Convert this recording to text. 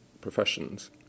professions